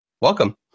welcome